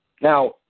Now